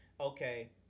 okay